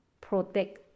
protect